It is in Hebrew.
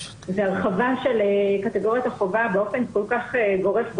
והרחבה של קטגוריית החובה באופן כל כך גורף בחוק,